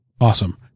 awesome